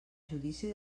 judici